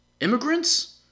Immigrants